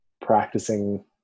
practicing